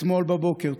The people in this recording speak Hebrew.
אתמול בבוקר,